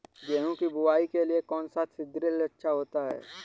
गेहूँ की बुवाई के लिए कौन सा सीद्रिल अच्छा होता है?